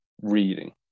reading